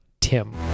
Tim